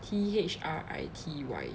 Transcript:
T_H_R_I_T_Y